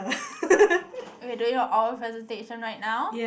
we are doing a oral presentation right now